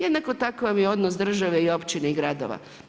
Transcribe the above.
Jednako tako vam je odnos države i općine i gradova.